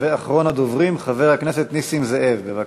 אחרון הדוברים, חבר הכנסת נסים זאב, בבקשה.